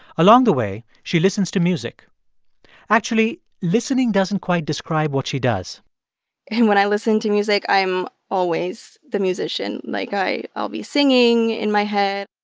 along the way, she listens to music actually listening doesn't quite describe what she does and when i listen to music, i'm always the musician. like, i'll be singing in my head,